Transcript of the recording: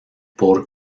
por